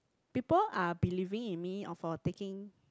people are believing in me or for taking